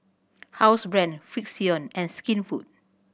Housebrand Frixion and Skinfood